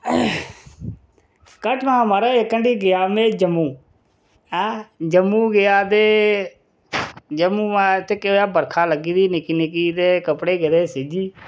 घटना महाराज इक घैंटे गेआ मै जम्मू आं जम्मू गेआ ते जम्मू उत्थें केह् होएआ बरखा लग्गी दी ही निक्की निक्की ते कपड़े गेदे सिज्जी